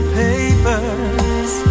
papers